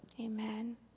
amen